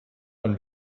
ein